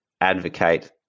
advocate